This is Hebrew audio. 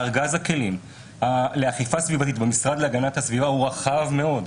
ארגז הכלים לאכיפה סביבתית במשרד להגנת הסביבה הוא רחב מאוד.